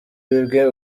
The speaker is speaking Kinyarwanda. bimwe